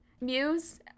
Muse